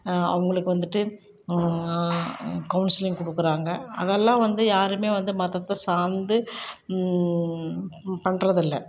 அவங்களுக்கு வந்துவிட்டு கவுன்சிலிங் கொடுக்கறாங்க அதெல்லாம் வந்து யாருமே வந்து மதத்தை சார்ந்து பண்ணுறதில்ல